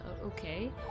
Okay